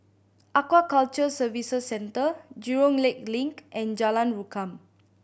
Aquaculture Services Centre Jurong Lake Link and Jalan Rukam